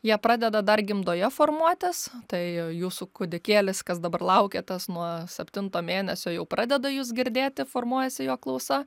jie pradeda dar gimdoje formuotis tai jūsų kūdikėlis kas dabar laukia tas nuo septinto mėnesio jau pradeda jus girdėti formuojasi jo klausa